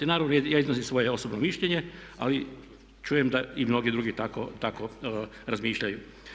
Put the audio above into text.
Naravno, ja iznosim svoj osobno mišljenje ali čujem da i mnogi drugi tako razmišljaju.